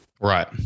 Right